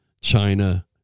China